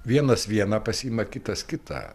vienas vieną pasiima kitas kitą